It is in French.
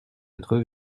être